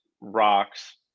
rocks